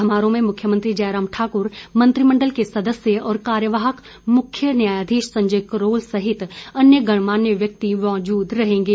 समारोह में मुख्यमंत्री जयराम ठाकुर मंत्रिमंडल के सदस्य और कार्यवाहक मुख्य न्यायाधीश संजय करोल सहित अन्य गण्यमान्य व्यक्ति मौजूद रहेंगे